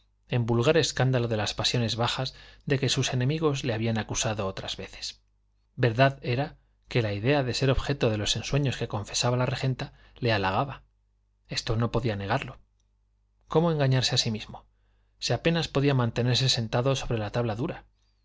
en vulgar escándalo de las pasiones bajas de que sus enemigos le habían acusado otras veces verdad era que la idea de ser objeto de los ensueños que confesaba la regenta le halagaba esto no podía negarlo cómo engañarse a sí mismo si apenas podía mantenerse sentado sobre la tabla dura